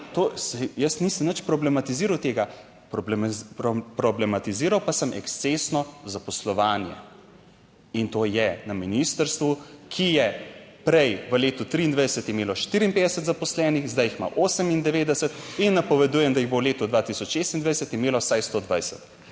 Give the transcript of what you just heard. Jaz nisem nič problematiziral tega. Problematiziral pa sem ekscesno zaposlovanje. In to je na ministrstvu, ki je prej v letu 2023 imelo 54 zaposlenih, zdaj jih ima 98 in napovedujem, da jih bo v letu 2026 imelo vsaj 120.